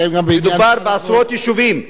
מדובר בעשרות יישובים.